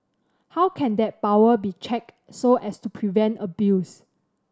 how can that power be checked so as to prevent abuse